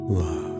love